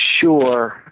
Sure